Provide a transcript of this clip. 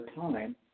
time